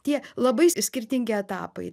tie labai s skirtingi etapai